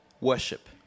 worship